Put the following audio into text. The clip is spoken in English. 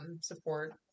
support